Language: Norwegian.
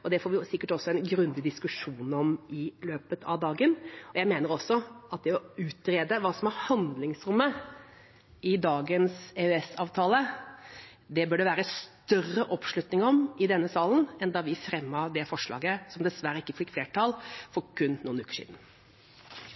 og det får vi sikkert også en grundig diskusjon om i løpet av dagen. Jeg mener også at det i denne salen bør være større oppslutning om å utrede hva som er handlingsrommet i dagens